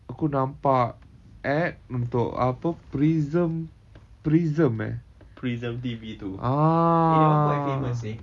aku nampak ad untuk apa prism prism eh ah